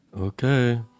okay